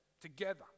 Together